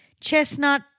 chestnut